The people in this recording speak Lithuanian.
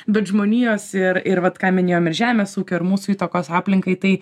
bet žmonijos ir ir vat ką minėjom ir žemės ūkio ir mūsų įtakos aplinkai tai